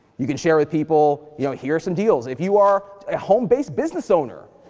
you can share with people, you know, here's some deals. if you are a home-based business owner,